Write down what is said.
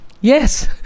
yes